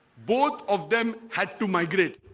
both of them had to migrate